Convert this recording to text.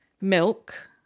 milk